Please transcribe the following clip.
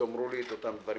תאמרו לי את אותם דברים.